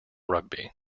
rugby